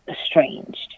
estranged